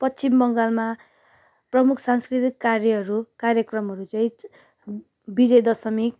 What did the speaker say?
पश्चिम बङ्गालमा प्रमुख सांस्कृतिक कार्यहरू कार्यक्रमहरू चाहिँ विजयदशमी